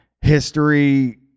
history